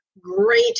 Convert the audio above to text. great